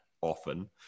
often